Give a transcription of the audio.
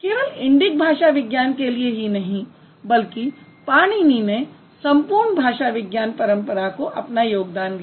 केवल इंडिक भाषा विज्ञान के लिए ही नहीं बल्कि पाणिनी ने संपूर्ण भाषा विज्ञान परंपरा को अपना योगदान दिया